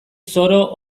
zoro